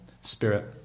spirit